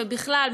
ובכלל,